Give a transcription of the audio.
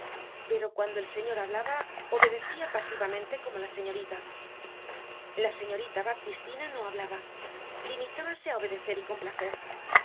pero cuando el señor hablaba obedecia pasivamente como la señorita la señorita baptistina no hablaba limitábase áobedecer y complacer